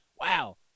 wow